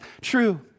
true